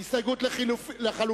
רוני בר-און, זאב בוים, מאיר שטרית, רוחמה